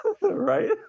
Right